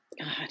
God